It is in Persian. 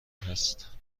هست